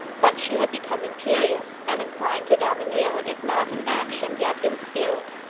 but she had become imperious, and inclined to domineer, if not in action, yet in spirit.